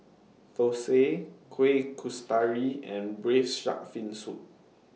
Thosai Kuih Kasturi and Braised Shark Fin Soup